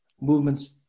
movements